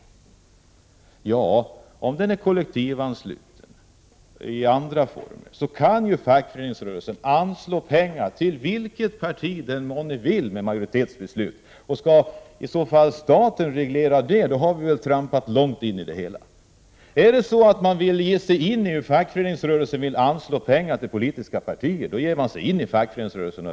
Om fackföreningsrörelsen är kollektivansluten i andra former kan den ju anslå pengar till vilket parti den vill med majoritetsbeslut. Skall staten reglera det, då har vi trampat långt in i det hela. Om man vill anslå pengar till något politiskt parti, då verkar man för det inom fackföreningsrörelsen.